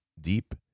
deep